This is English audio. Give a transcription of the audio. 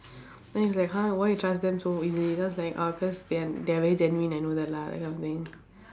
then he's like !huh! why you trust them so easily then I was like ah cause they are they are very genuine I know that lah that kind of thing